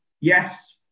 yes